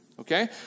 Okay